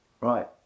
Right